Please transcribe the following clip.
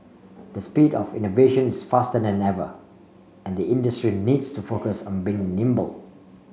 the speed of innovation is faster than ever and the industry needs to focus on being nimble